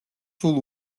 სულ